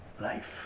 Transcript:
life